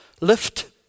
Lift